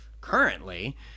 currently